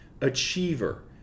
achiever